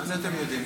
מה זה אתם "יודעים"?